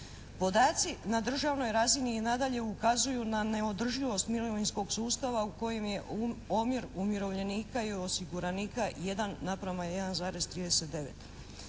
Podaci na državnoj razini i nadalje ukazuju na neodrživost mirovinskog sustava u kojem je omjer umirovljenika i osiguranika 1:1,39.